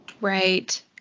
Right